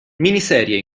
miniserie